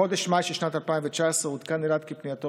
בחודש מאי של שנת 2019 עודכן אלעד כי פנייתו